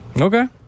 Okay